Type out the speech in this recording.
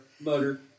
motor